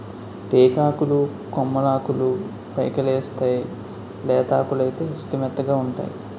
టేకాకులు కొమ్మలాకులు పైకెలేస్తేయ్ లేతాకులైతే సుతిమెత్తగావుంటై